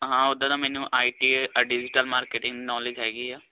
ਹਾਂ ਉਦਾਂ ਦਾ ਮੈਨੂੰ I T digital marketing knowledge ਹੈਗੀ ਆ